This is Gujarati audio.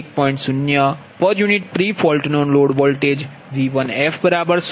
u પ્રી ફોલ્ટ નો લોડ વોલ્ટેજ V1f0